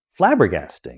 flabbergasting